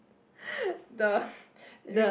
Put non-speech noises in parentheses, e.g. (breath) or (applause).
(laughs) the (breath) re~